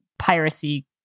piracy